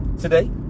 today